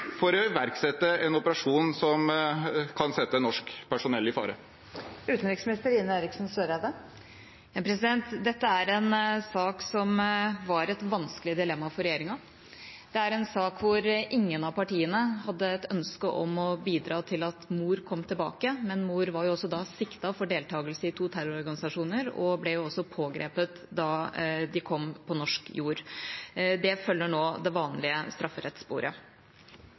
for å iverksette en operasjon som kan sette norsk personell i fare. Dette er en sak som var et vanskelig dilemma for regjeringa. Det er en sak der ingen av partiene hadde et ønske om å bidra til at mor kom tilbake, men mor var også siktet for deltakelse i to terrororganisasjoner og ble pågrepet da hun kom på norsk jord. Det følger nå det vanlige strafferettssporet.